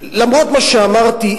למרות מה שאמרתי,